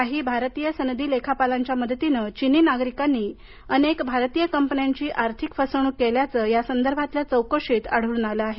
काही भारतीय सनदी लेखापालांच्या मदतीनं चीनी नागरिकांनी अनेक भारतीय कंपन्यांची आर्थिक फसवणूक केल्याचं यासंदर्भातल्या चौकशीत आढळून आलं आहे